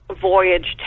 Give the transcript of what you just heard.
voyage